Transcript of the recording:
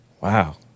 Wow